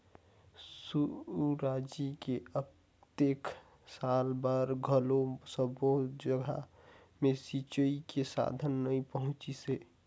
सुराजी के अतेक साल बार घलो सब्बो जघा मे सिंचई के साधन नइ पहुंचिसे